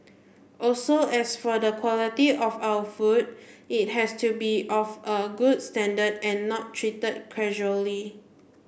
also as for the quality of our food it has to be of a good standard and not treated casually